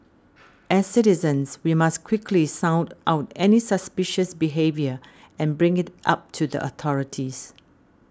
as citizens we must quickly sound out any suspicious behaviour and bring it up to the authorities